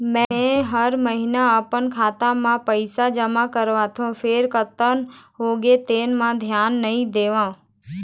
मेंहा हर महिना अपन खाता म पइसा जमा करथँव फेर कतका होगे तेन म धियान नइ देवँव